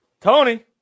Tony